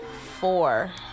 four